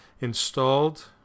Installed